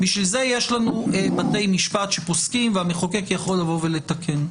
לכן יש בתי משפט שפוסקים והמחוקק יכול לתקן.